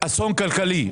אסון כלכלי,